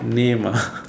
name ah